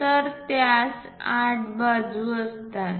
तर त्यास 8 बाजू असतात